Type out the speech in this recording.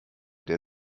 der